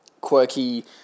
quirky